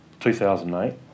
2008